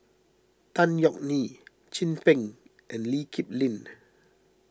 Tan Yeok Nee Chin Peng and Lee Kip Lin